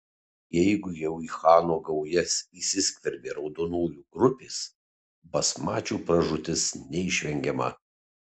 jeigu jau į chano gaujas įsiskverbė raudonųjų grupės basmačių pražūtis neišvengiama